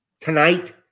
tonight